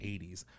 80s